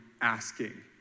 asking